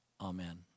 Amen